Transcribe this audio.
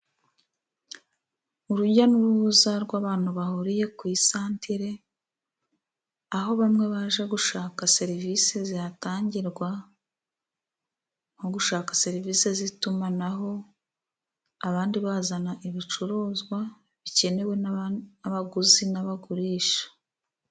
Urujya n'uruhuza rw' abantu bahuriye ku isantere, aho bamwe baje gushaka serivise zihatangirwa, nko gushaka serivise z'itumanaho, abandi bazana ibicuruzwa bikenewe n'abaguzi n'abagurisha.